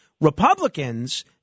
Republicans